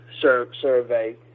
survey